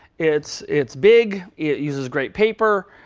it's it's big, it uses great paper.